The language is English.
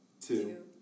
Two